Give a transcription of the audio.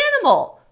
animal